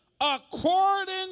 according